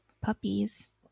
puppies